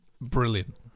Brilliant